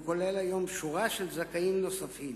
והוא כולל היום שורה של זכאים נוספים.